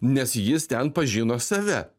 nes jis ten pažino save